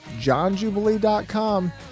johnjubilee.com